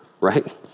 right